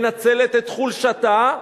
מנצלת את חולשתה,